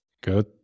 Good